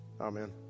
Amen